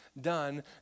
done